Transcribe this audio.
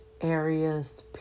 areas